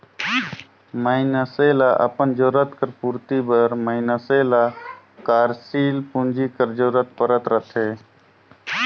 मइनसे ल अपन जरूरत कर पूरति बर मइनसे ल कारसील पूंजी कर जरूरत परत रहथे